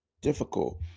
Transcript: difficult